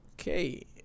okay